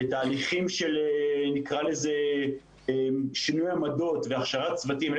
לתהליכים של שינוי עמדות והכשרת צוותים שאלה